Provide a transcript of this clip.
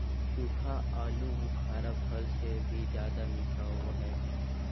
सूखा आलूबुखारा फल से भी ज्यादा मीठा होबो हइ